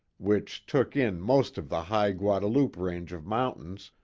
which took in most of the high guadalupe range of mountains,